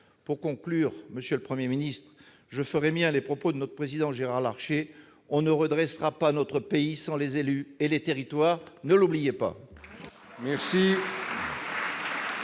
Pour conclure, monsieur le Premier ministre, je ferai miens les propos de notre président, Gérard Larcher :« On ne redressera pas notre pays sans les élus et les territoires. » Ne l'oubliez pas